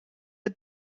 the